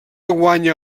guanya